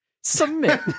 Submit